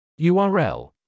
url